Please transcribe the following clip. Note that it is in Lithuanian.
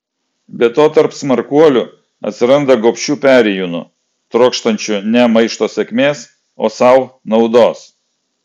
be to tarp smarkuolių atsiranda gobšių perėjūnų trokštančių ne maišto sėkmės o sau naudos